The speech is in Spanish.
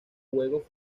juegos